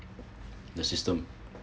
the system